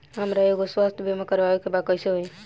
हमरा एगो स्वास्थ्य बीमा करवाए के बा कइसे होई?